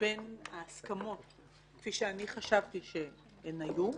בין ההסכמות, כפי שאני חשבתי שהן היו,